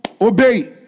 obey